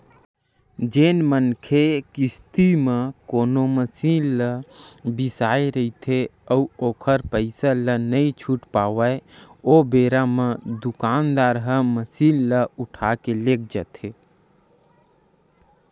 जेन मनखे किस्ती म कोनो मसीन ल बिसाय रहिथे अउ ओखर पइसा ल नइ छूट पावय ओ बेरा म दुकानदार ह मसीन ल उठाके लेग जाथे